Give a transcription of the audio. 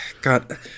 God